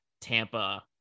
Tampa